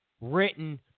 written